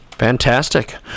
Fantastic